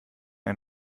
ein